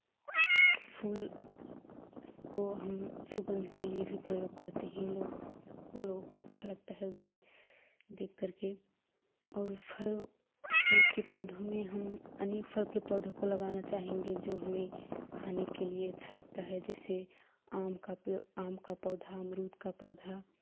फूल को हम सुगंध के लिए भी प्रयोग करते हैं लोगों को अच्छा लगता है उसे देख करके और फल फल के पौधों में हम अनेक फल के पौधों को लगाना चाहेंगे जो हमें खाने के लिए अच्छा लगता है जैसे आम आम का पौधा अमरूद का पौधा